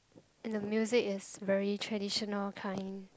and the music is very traditional kind